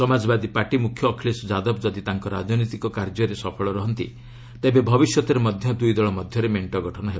Samajwadi party ମୁଖ୍ୟ ଅଖିଳେଶ ଯାଦବ ଯଦି ତାଙ୍କ ରାଜନୈତିକ କାର୍ଯ୍ୟରେ ସଫଳ ରହନ୍ତି ତେବେ ଭବିଷ୍ୟତରେ ମଧ୍ୟ ଦୁଇ ଦଳ ମଧ୍ୟରେ ମେଣ୍ଟ ଗଠନ ହେବ